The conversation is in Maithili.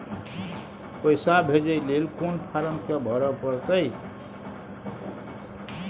पैसा भेजय लेल कोन फारम के भरय परतै?